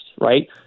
right